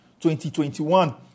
2021